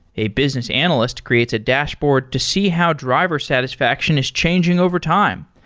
a business analyst creates a dashboard to see how driver satisfaction is changing over time.